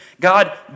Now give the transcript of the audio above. God